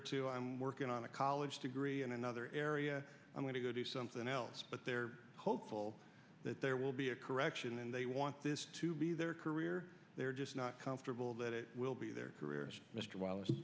or two i'm working on a college degree in another area i'm going to go do something else but they're hopeful that there will be a correction and they want this to be their career they're just not comfortable that it will be their career